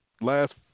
last